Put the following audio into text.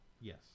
Yes